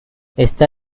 está